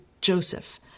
Joseph